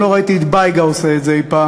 אני לא ראיתי את בייגה עושה את זה אי-פעם.